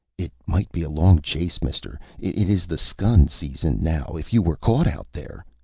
it might be a long chase, mister. it is the skun season now. if you were caught out there.